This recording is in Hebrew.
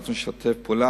אנחנו נשתף פעולה.